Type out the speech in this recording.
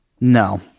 No